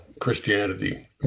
Christianity